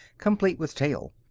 complete with tail.